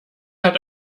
hat